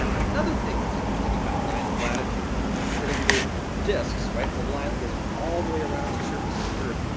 um another thing that's interesting about lines of latitude is that if they're discs right, it's a line that goes on all the way around the surface of the earth,